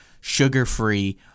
sugar-free